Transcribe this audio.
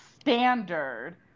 standard